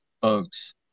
folks